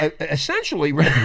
essentially